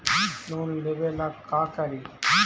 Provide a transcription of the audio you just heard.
Loan लेबे ला का करि?